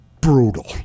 brutal